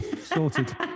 Sorted